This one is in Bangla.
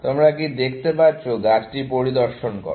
তোমরা কি দেখতে পাচ্ছ গাছটি পরিদর্শন করো